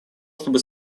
чтобы